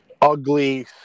ugly